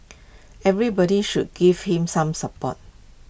everybody should give him some support